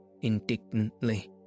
indignantly